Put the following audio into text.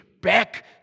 back